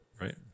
right